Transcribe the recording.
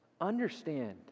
understand